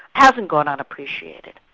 hasn't gone unappreciated.